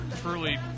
truly